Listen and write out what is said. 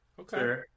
Okay